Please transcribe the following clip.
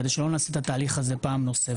כדי שלא נעשה את התהליך הזה פעם נוספת.